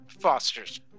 Fosters